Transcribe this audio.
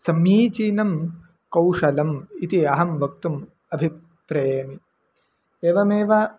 समीचीनं कौशलम् इति अहं वक्तुम् अभिप्रैमि एवमेव